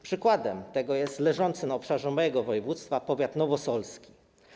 Przykładem tego jest leżący na obszarze mojego województwa powiat nowosolski.